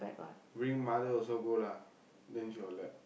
bring mother also go lah then she will let